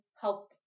help